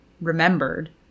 remembered